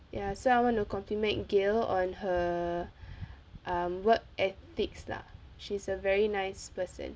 ya so I want to compliment gail on her um work ethics lah she's a very nice person